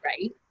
right